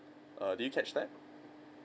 err do you catch that